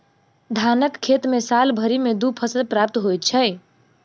धानक खेत मे साल भरि मे दू फसल प्राप्त होइत छै